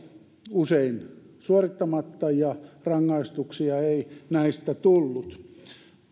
usein suorittamatta ja rangaistuksia ei näistä tullut